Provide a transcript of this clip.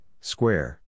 square